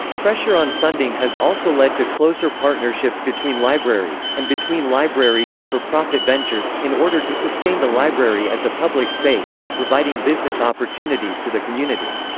pressure on funding has also led to closer partnerships between libraries, and between libraries and for-profit ventures, in order to sustain the library as a public space while providing business opportunities to the community.